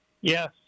Yes